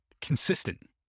consistent